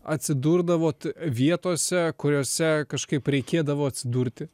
atsidurdavot vietose kuriose kažkaip reikėdavo atsidurti